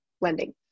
lending